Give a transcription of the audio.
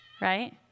Right